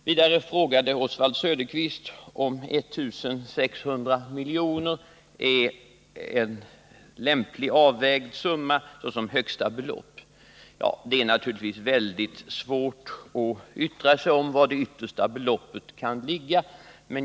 Vidare frågade Oswald Söderqvist om 1 600 milj.kr. är en lämpligt avvägd summa såsom högsta belopp. Det är naturligtvis väldigt svårt att bedöma var det yttersta beloppet kan ligga.